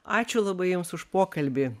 ačiū labai jums už pokalbį